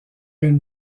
une